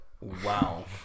Wow